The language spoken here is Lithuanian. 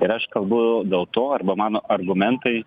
ir aš kalbu dėl to arba mano argumentai